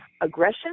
aggression